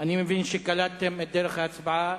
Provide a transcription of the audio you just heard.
אני מבין שקלטתם את דרך ההצבעה,